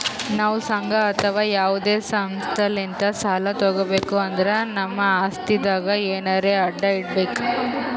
ನಾವ್ ಸಂಘ ಅಥವಾ ಯಾವದೇ ಸಂಸ್ಥಾಲಿಂತ್ ಸಾಲ ತಗೋಬೇಕ್ ಅಂದ್ರ ನಮ್ ಆಸ್ತಿದಾಗ್ ಎನರೆ ಅಡ ಇಡ್ಬೇಕ್